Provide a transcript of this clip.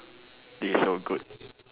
this is so good